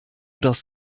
das